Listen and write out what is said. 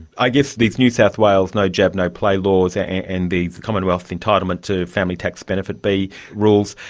i guess these new south wales no jab no play laws and and the commonwealth entitlement to family tax benefit b rules,